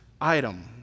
item